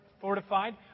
fortified